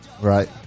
Right